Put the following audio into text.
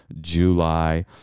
July